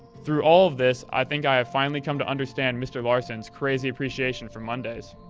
through all of this, i think i have finally come to understand mr. larson's crazy appreciation for mondays.